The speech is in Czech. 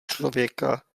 člověka